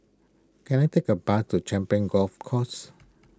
can I take a bus to Champions Golf Course